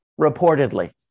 reportedly